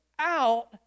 out